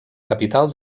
capital